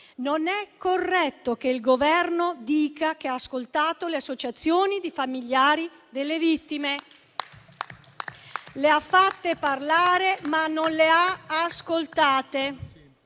Non è corretto che il Governo dica che ha ascoltato le associazioni di familiari delle vittime. Le ha fatte parlare, ma non le ha ascoltate